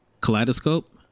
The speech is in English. Kaleidoscope